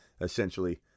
essentially